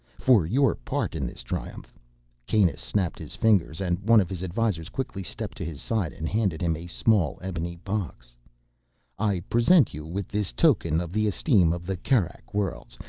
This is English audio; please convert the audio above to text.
for your part in this triumph kanus snapped his fingers, and one of his advisors quickly stepped to his side and handed him a small ebony box i present you with this token of the esteem of the kerak worlds,